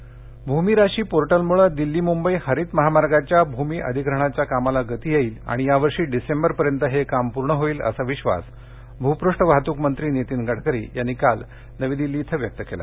portal Bhoomi Rashi पोर्टलमुळे दिल्ली मुंबई हरित महामार्गाच्या भूमी अधिग्रहणाच्या कामाला गती येईल आणि यावर्षी डिसेंबरपर्यंत हे काम पूर्ण होईल असा विश्वास भूपृष्ठ वाहतूक मंत्री नीतीन गडकरी यांनी काल नवी दिल्ली इथं व्यक्त केला